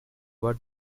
what